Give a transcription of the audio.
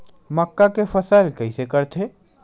मक्का के फसल कइसे करथे?